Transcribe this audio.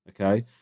okay